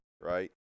right